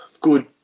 good